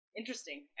interesting